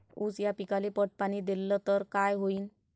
ऊस या पिकाले पट पाणी देल्ल तर काय होईन?